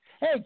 Hey